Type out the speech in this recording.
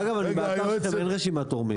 אגב, אני באתר שלכם, ואין רשימת תורמים.